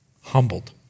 humbled